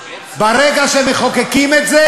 ברגע שמחוקקים את זה,